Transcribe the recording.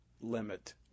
limit